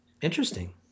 interesting